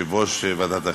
יושב-ראש ועדת החינוך,